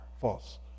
false